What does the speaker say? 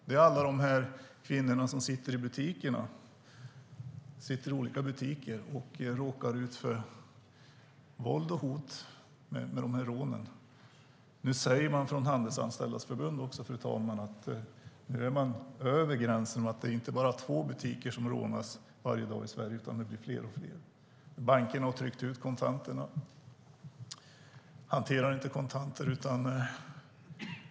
Det handlar om de kvinnor som arbetar i olika butiker och råkar ut för våld, hot och rån. Nu säger man från Handelsanställdas förbund, fru talman, att det har gått över gränsen; det är nu i genomsnitt mer än två butiker som rånas varje dag i Sverige, och det blir fler och fler. Bankerna hanterar inte kontanter.